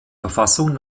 verfassung